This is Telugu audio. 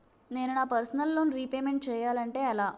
నేను నా పర్సనల్ లోన్ రీపేమెంట్ చేయాలంటే ఎలా?